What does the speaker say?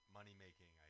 money-making